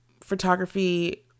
photography